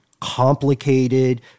complicated